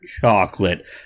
chocolate